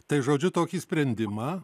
tai žodžiu tokį sprendimą